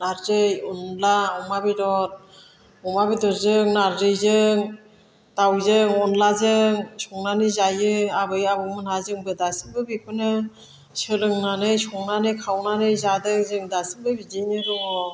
नारजि अनद्ला अमा बेदर अमा बेदरजों नारजिजों दाउजों अनद्लाजों संनानै जायो आबै आबौ मोनहा जोंबो दासिमबो बेखौनो सोलोंनानै संनानै खावनानै जादों जों दासिमबो बिदियैनो दङ